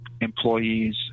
employees